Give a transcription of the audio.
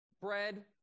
bread